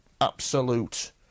absolute